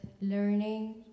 learning